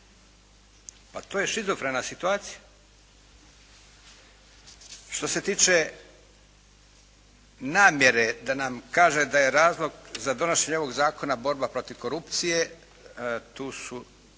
Pa to je šizofrena situacija. Što se tiče namjere da nam kaže da je razlog za donošenje ovog Zakona borba protiv korupcije, tu su